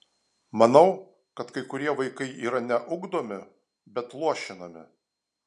manau kad kai kurie vaikai yra ne ugdomi bet luošinami